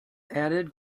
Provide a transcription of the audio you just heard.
added